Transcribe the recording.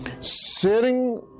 sitting